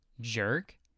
Jerk